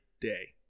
day